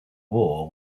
war